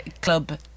club